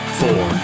four